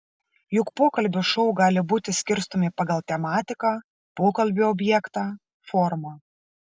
juk pokalbių šou gali būti skirstomi pagal tematiką pokalbio objektą formą